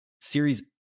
Series